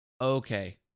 Okay